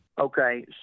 okay